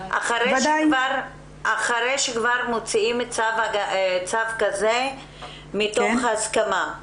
אחרי שכבר מוציאים צו כזה מתוך הסכמה.